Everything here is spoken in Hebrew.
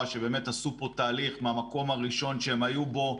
שבאמת עשו פה תהליך מהמקום הראשון שהם היו בו,